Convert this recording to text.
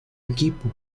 equipo